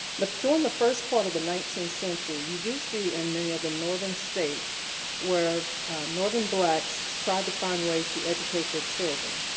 during the first part of the nineteenth century you do see in many of the northern states where northern blacks tried to find ways to educate their children.